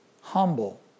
humble